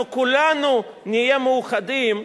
אנחנו, כולנו, נהיה מאוחדים.